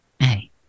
Hey